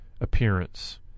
appearance